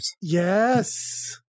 Yes